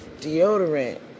deodorant